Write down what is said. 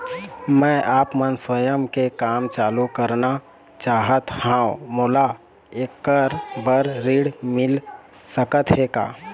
मैं आपमन स्वयं के काम चालू करना चाहत हाव, मोला ऐकर बर ऋण मिल सकत हे का?